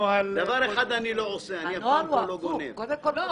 דבר אחד אני לא עושה אני לא גונב זמן.